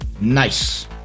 Nice